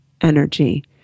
energy